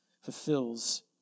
fulfills